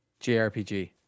JRPG